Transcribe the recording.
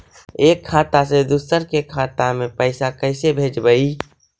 एक खाता से दुसर के खाता में पैसा कैसे भेजबइ?